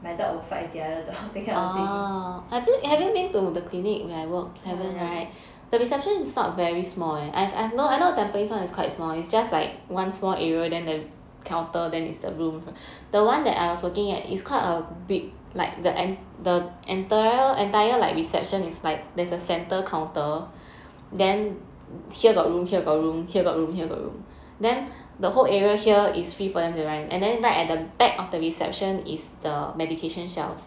my dog would fight with the other dog that kind of thing no haven't